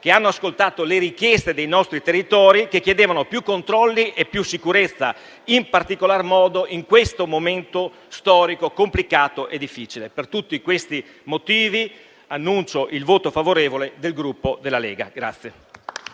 che hanno ascoltato le richieste dei nostri territori, che chiedevano più controlli e più sicurezza, in particolar modo in questo momento storico, complicato e difficile. Per tutti questi motivi annuncio il voto favorevole del Gruppo Lega.